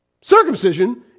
Circumcision